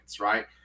right